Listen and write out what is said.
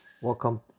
Welcome